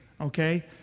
okay